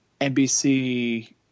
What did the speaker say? NBC